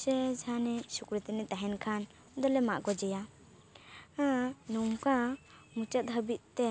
ᱥᱮ ᱡᱟᱦᱟᱱᱤᱡ ᱥᱩᱠᱨᱤ ᱛᱟᱹᱱᱤᱡ ᱛᱟᱦᱮᱱ ᱠᱷᱟᱱ ᱩᱱ ᱫᱚᱞᱮ ᱢᱟᱜ ᱜᱚᱡᱮᱭᱟ ᱦᱮᱸ ᱱᱚᱝᱠᱟ ᱢᱩᱪᱟᱹᱫ ᱦᱟᱹᱵᱤᱡ ᱛᱮ